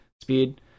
speed